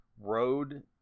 road